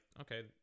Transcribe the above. okay